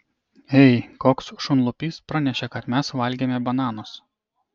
ei koks šunlupys pranešė kad mes valgėme bananus